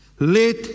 Let